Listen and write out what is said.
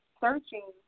searching